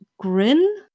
grin